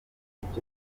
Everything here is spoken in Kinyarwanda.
mbere